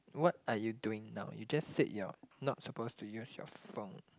what are you doing now you just said you are not supposed to use your phone